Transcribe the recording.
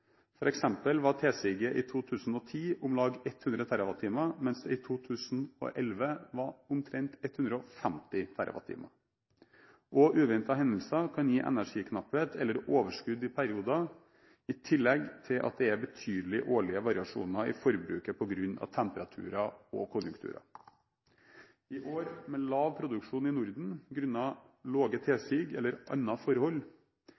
var tilsiget i 2010 om lag 100 TWh, mens det i 2011 var omtrent 150 TWh. Også uventede hendelser kan gi energiknapphet eller overskudd i perioder, i tillegg til at det er betydelige årlige variasjoner i forbruket på grunn av temperaturer og konjunkturer. I år med lav produksjon i Norden grunnet lave tilsig eller andre forhold,